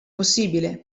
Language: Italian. possibile